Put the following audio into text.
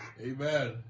Amen